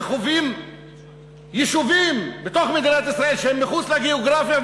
שחווים יישובים בתוך מדינת ישראל שהם מחוץ לגיאוגרפיה,